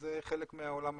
וזה חלק מהעולם העסקי.